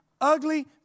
ugly